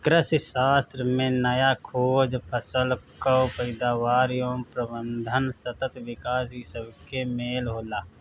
कृषिशास्त्र में नया खोज, फसल कअ पैदावार एवं प्रबंधन, सतत विकास इ सबके मेल होला